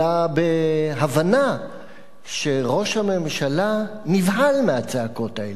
אלא בהבנה שראש הממשלה נבהל מהצעקות האלה.